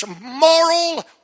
moral